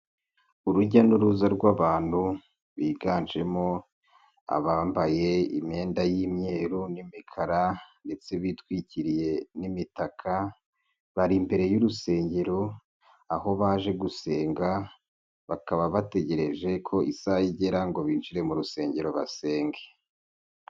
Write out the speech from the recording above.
Urujya n'uruza rw'abantu biganjemo abambaye imyenda y'imyeru n'imikara, ndetse bitwikiriye n'imitaka, bari imbere y'urusengero aho baje gusenga, bakaba bategereje ko isaha igera ngo binjire mu rusengero basenge.